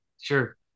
Sure